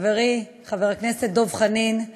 חברי חבר הכנסת דב חנין,